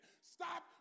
Stop